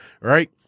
right